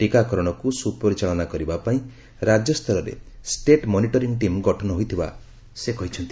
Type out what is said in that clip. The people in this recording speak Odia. ଟିକାକରଣକୁ ସୁପରିଚାଳନା କରିବା ପାଇଁ ରାଜ୍ୟସରରେ ଷ୍ଟେଟ ମନିଟରିଂ ଟିମ୍ ଗଠନ ହୋଇଥିବା ସେ କହିଛନ୍ତି